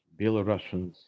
Belarusians